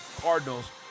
Cardinals